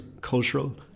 cultural